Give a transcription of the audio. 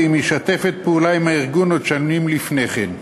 והיא משתפת פעולה עם הארגון עוד שנים לפני כן.